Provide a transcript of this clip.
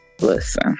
Listen